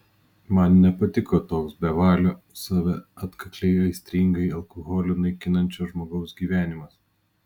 man nepatiko toks bevalio save atkakliai aistringai alkoholiu naikinančio žmogaus gyvenimas